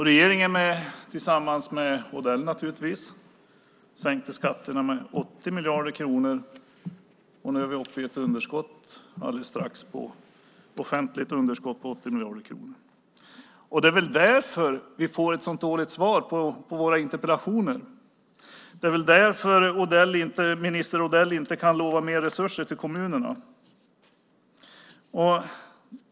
Regeringen, med Odell naturligtvis, sänkte skatterna med 80 miljarder kronor, och nu är vi alldeles strax uppe i ett offentligt underskott på 80 miljarder kronor. Det är väl därför vi får ett så dåligt svar på våra interpellationer. Det är väl därför minister Odell inte kan lova mer resurser till kommunerna.